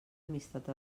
amistat